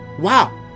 wow